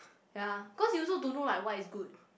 ya cause you also don't know like what is good